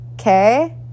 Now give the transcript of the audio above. okay